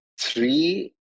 three